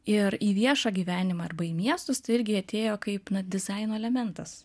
ir į viešą gyvenimą arba į miestus tai irgi atėjo kaip na dizaino elementas